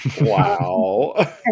Wow